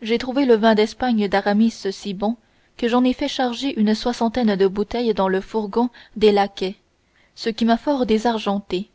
j'ai trouvé le vin d'espagne d'aramis si bon que j'en ai fait charger une soixantaine de bouteilles dans le fourgon des laquais ce qui m'a fort désargenté